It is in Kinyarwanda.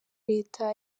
leta